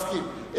מסכים.